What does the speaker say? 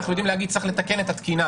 אנחנו יודעים להגיד שצריך לתקן את התקינה,